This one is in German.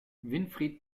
winfried